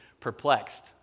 perplexed